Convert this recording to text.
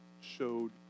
showed